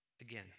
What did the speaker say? again